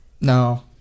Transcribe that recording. no